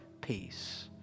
peace